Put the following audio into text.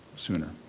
sooner.